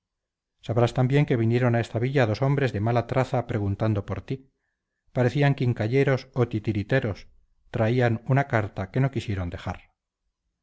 sabrás también que vinieron a esta villa dos ombres de mala traza preguntando por ti parecían quincalleros o titiriteros traían una carta que no quisieron dejar